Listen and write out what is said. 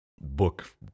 book